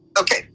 Okay